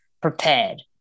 prepared